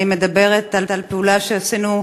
אני מדברת על פעולה שעשינו,